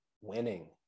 winning